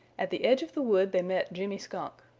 at the edge of the wood they met jimmy skunk.